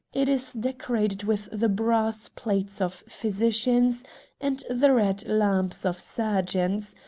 it is decorated with the brass plates of physicians and the red lamps of surgeons,